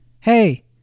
hey